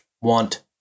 want